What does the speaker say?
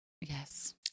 Yes